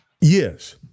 Yes